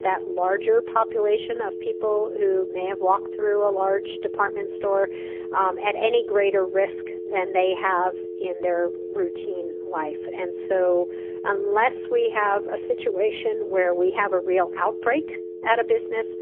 that larger population of people who may have walked through a large department store at any greater risk than they have in their routine life, and so unless we have a situation where we have a real outbreak at a business,